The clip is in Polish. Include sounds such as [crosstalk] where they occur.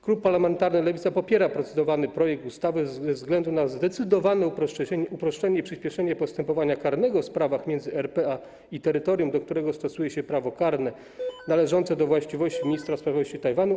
Klub parlamentarny Lewica popiera procedowany projekt ustawy ze względu na zdecydowane uproszczenie i przyspieszenie postępowania karnego w sprawach między RP i terytorium, do którego stosuje się prawo karne należące do właściwości [noise] ministra sprawiedliwości Tajwanu.